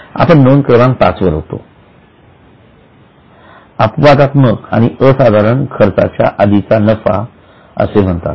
आपण नोंद क्रमांक पाच वर होतो झाला अपवादात्मक आणि असाधारण खर्चा आधीचा नफा असे म्हणतात